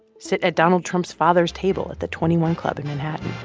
sit at donald trump's father's table at the twenty one club in manhattan